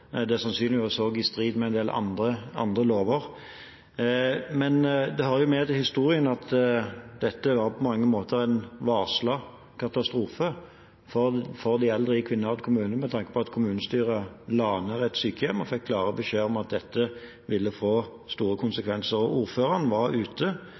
Det er sannsynligvis også i strid med en del andre lover. Det hører med til historien at dette på mange måter var en varslet katastrofe for de eldre i Kvinnherad kommune – med tanke på at kommunestyret la ned et sykehjem og fikk klare beskjeder om at dette ville få store